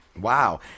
wow